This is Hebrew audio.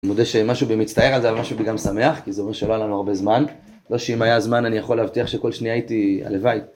אני מודה שמשהו בי מצטער על זה, אבל משהו בי גם שמח, כי זה אומר שעבר לנו הרבה זמן. לא שאם היה זמן, אני יכול להבטיח שכל שניה הייתי... הלוואי.